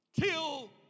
till